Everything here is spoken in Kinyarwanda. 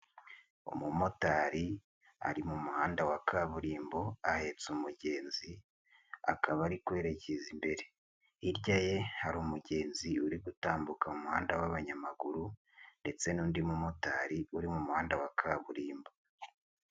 Umumotari ari mu muhanda wa kaburimbo ahetse umugenzi akaba ari kwerekeza imbere, hirya ye hari umugenzi uri gutambuka umuhanda w'abanyamaguru ndetse n'undi mumotari uri mu muhanda wa kaburimbo.